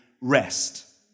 rest